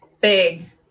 Big